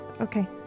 okay